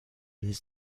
his